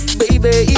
baby